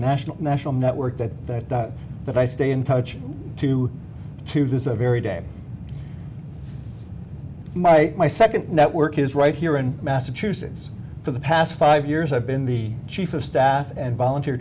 national national network that that i stay in touch to to visit very day my my second network is right here in massachusetts for the past five years i've been the chief of staff and volunteer